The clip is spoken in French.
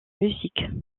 musique